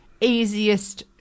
easiest